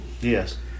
Yes